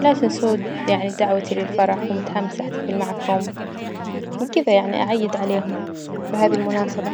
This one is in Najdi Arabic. لا تنسوا يعني دعوتي للفرح ومتحمسة أحتفل معكم، وكذا يعني أعيد عليهم بهذي المناسبة.